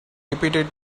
repeated